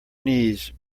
knees